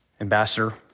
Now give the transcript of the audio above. ambassador